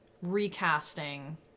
recasting